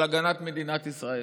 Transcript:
על הגנת מדינת ישראל.